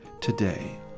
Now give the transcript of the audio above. today